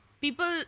people